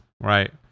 right